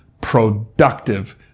productive